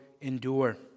endure